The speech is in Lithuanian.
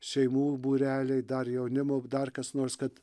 šeimų būreliai dar jaunimo dar kas nors kad